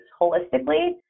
holistically